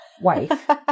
wife